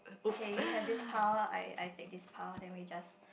okay you have this power I I I take this power then we just